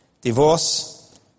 Divorce